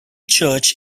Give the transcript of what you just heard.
church